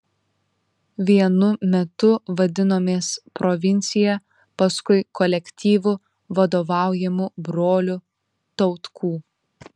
vienu metu vadinomės provincija paskui kolektyvu vadovaujamu brolių tautkų